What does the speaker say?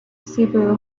cebu